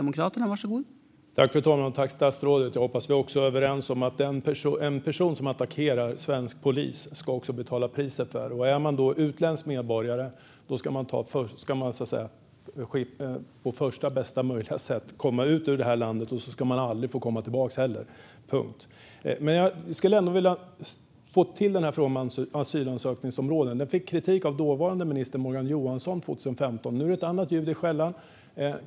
Fru talman! Statsrådet! Jag hoppas att vi också är överens om att en person som attackerar svensk polis ska betala priset för det. Och är man då utländsk medborgare ska man på första, bästa och möjliga sätt ut ur landet, och man ska aldrig få komma tillbaka - punkt. Jag vill ändå få svar på det här med asylansökningsområden. Vårt förslag fick kritik av dåvarande ministern, Morgan Johansson, 2015. Nu är det ett annat ljud i skällan.